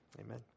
amen